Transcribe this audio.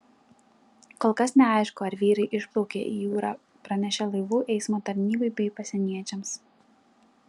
kol kas neaišku ar vyrai išplaukė į jūrą pranešę laivų eismo tarnybai bei pasieniečiams